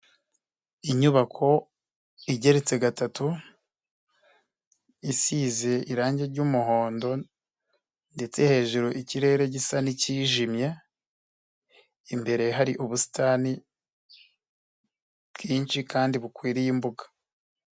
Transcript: Inyubako igeretse gatatu, isize irangi ry'umuhondo ndetse hejuru ikirere gisa nicyijimye, imbere hari ubusitani bwinshi kandi bukwiriye imbuga.